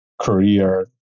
career